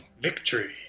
victory